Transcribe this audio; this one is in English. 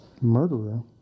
Murderer